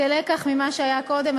כלקח ממה שהיה קודם,